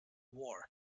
war